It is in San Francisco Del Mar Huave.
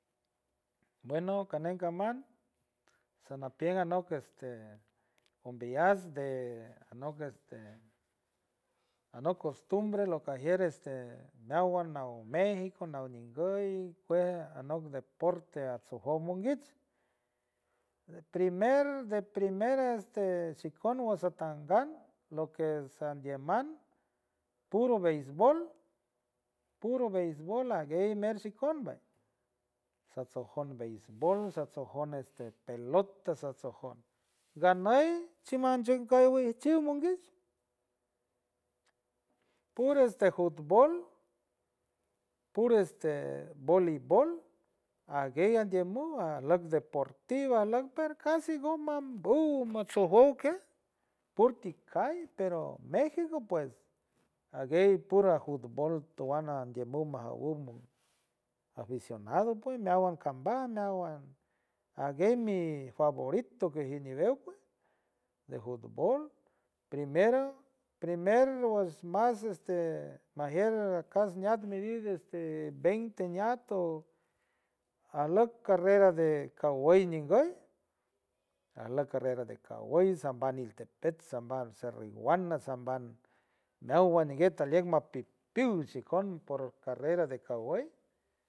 Bueno caneim caman sanapiens anots este ambiayast de anot este anot costumbre lo que agier este nawalt mawa méxico naw nguy cue anoc deporte atchojondiuck, primer de priemer este chicon wost satan gan lo que sandielman puro beisbol, puro beisbol laguey merchi con bay saccsojon beisbol chimandgue chigo itch macnuy puro este futbol, puro este bolibol aguey antiumum asloc deportiva, asloc pero casi goo mumbul mach chojor que porti cai pero méxico pues aguey puro a futbol twana ndiumuc majaun aficionado pue mewa kambaj mewa aguey mi favorito que jineni beu pue de futbol primer wash más este majier cast ñat midir veinte ñato, asloc carrera de caguey ningoold asloc carrera de cahuey, saniltatepec sanbalzar cerro iguana, sanbalzar newalt ni gueta lieck macpic piwi shicong por carrera de caguey.